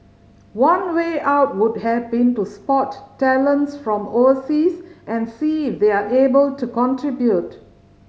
one way out would have been to spot talents from overseas and see if they're able to contribute